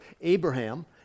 Abraham